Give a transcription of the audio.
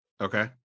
Okay